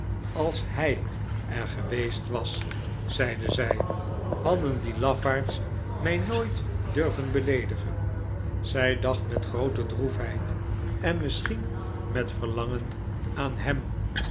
als hij er geweest was zeide zij hadden die lafaards mij nooit durven beleedigen zij dacht met groote droef heid en misschien met verlangen aan hem